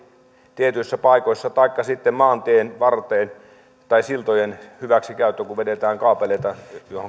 tietyissä paikoissa taikka sitten maantien varteen tai siltojen hyväksikäyttö kun vedetään kaapeleita